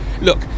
Look